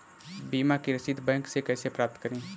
बीमा की रसीद बैंक से कैसे प्राप्त करें?